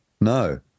No